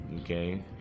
okay